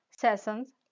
sessions